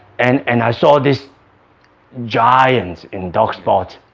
and and i saw this giant in dog sport